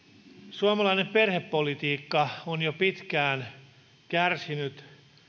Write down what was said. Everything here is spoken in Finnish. suomalainen perhepolitiikka on jo pitkään kärsinyt